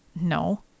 No